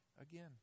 again